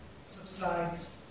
subsides